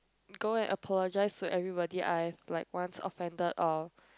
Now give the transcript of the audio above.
go and apologise to everybody I have like once offended or